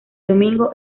domingo